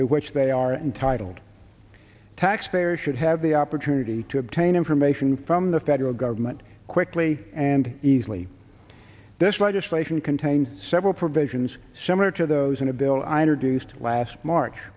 which they are entitled to taxpayers should have the opportunity to obtain information from the federal government quickly and easily this legislation contains several provisions similar to those